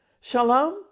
Shalom